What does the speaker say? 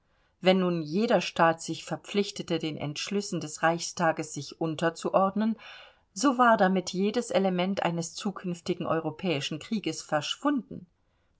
wenn nun jeder staat sich verpflichtete den entschlüssen des reichstages sich unterzuordnen so war damit jedes element eines zukünftigen europäischen krieges verschwunden